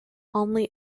only